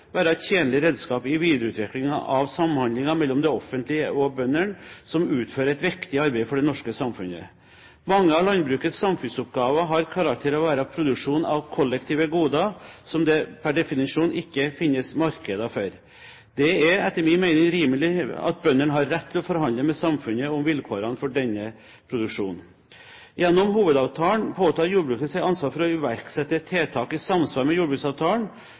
være et tjenlig redskap i videreutviklingen av samhandlingen mellom det offentlige og bøndene, som utfører et viktig arbeid for det norske samfunnet. Mange av landbrukets samfunnsoppgaver har karakter av å være produksjon av kollektive goder, som det per definisjon ikke finnes markeder for. Det er etter min mening rimelig at bøndene har rett til å forhandle med samfunnet om vilkårene for denne produksjonen. Gjennom hovedavtalen påtar jordbruket seg ansvaret for å iverksette tiltak i samsvar med jordbruksavtalen.